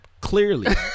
Clearly